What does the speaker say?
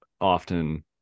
often